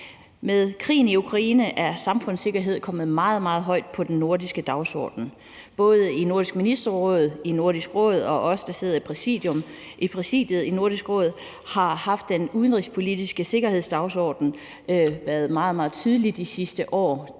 Med krigen i Ukraine er samfundssikkerhed kommet meget, meget højt på den nordiske dagsorden. Både i Nordisk Ministerråd, i Nordisk Råd og for os, der sidder i præsidiet i Nordisk Råd, har den udenrigspolitiske sikkerhedsdagsorden været meget, meget tydelig de sidste år.